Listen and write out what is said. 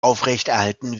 aufrechterhalten